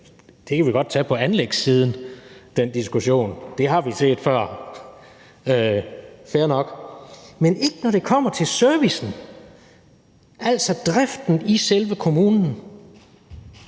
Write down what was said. kan vi godt tage på anlægssiden, for det har vi set før, fair nok, men ikke når det kommer til servicen, altså driften af selve kommunen.